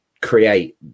create